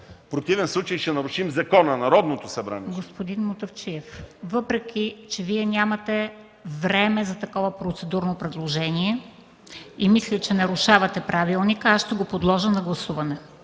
противен случай ще нарушим закона. Народното събрание... ПРЕДСЕДАТЕЛ МЕНДА СТОЯНОВА: Господин Мутафчиев, въпреки че Вие нямате време за такова процедурно предложение и мисля, че нарушавате Правилника, аз ще го подложа на гласуване.